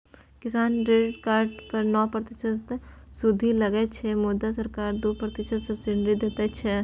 किसान credit card पर नौ प्रतिशतक सुदि लगै छै मुदा सरकार दु प्रतिशतक सब्सिडी दैत छै